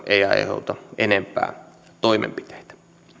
ei aiheuta enempää toimenpiteitä